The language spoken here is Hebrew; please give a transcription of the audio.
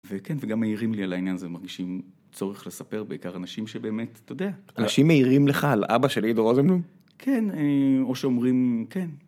וכן, וגם מעירים לי על העניין הזה, ומרגישים צורך לספר בעיקר אנשים שבאמת, אתה יודע. אנשים מעירים לך על אבא של עידו רוזנבלום? כן, או שאומרים כן.